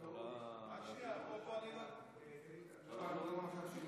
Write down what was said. ההצעה להעביר את הנושא לוועדת הכספים